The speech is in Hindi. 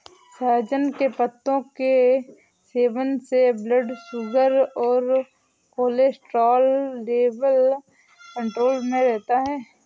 सहजन के पत्तों के सेवन से ब्लड शुगर और कोलेस्ट्रॉल लेवल कंट्रोल में रहता है